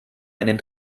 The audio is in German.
einen